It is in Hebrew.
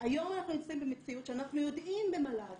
היום אנחנו נמצאים במציאות שאנחנו יודעים במל"ג